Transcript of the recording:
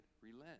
relent